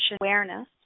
awareness